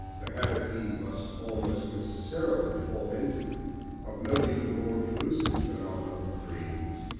the habit he must almost necessarily fall into of noting the more elusive phenomena of dreams,